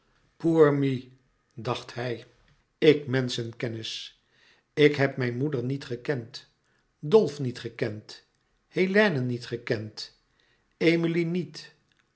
dacht hij ik heb mijn moeder niet gekend dolf niet gekend hélène niet gekend emilie niet